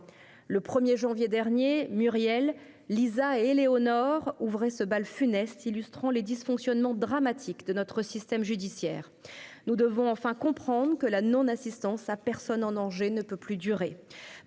Le 1 janvier dernier, Muriel, Lisa et Éléonore ouvraient ce bal funeste illustrant les dysfonctionnements dramatiques de notre système judiciaire. Nous devons enfin comprendre que la non-assistance à personne en danger ne peut plus durer.